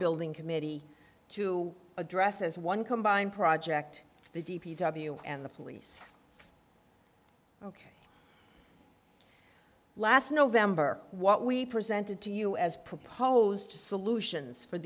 building committee to address as one combined project the d p w and the police ok last november what we presented to you as proposed solutions for